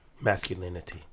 masculinity